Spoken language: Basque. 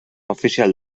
ofizial